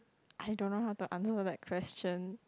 I don't know how to answer that question